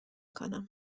کنم